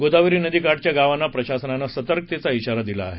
गोदावरी नदी काठच्या गावांना प्रशासनानं सतर्कतेचा इशारा दिला आहे